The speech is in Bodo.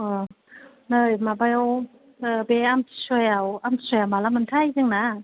अ नै माबायाव बे आमथिसुवायाव आमथिसुवाया माला मोनथाय जोंना